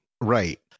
Right